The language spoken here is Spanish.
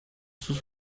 sus